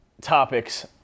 topics